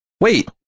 Wait